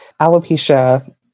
alopecia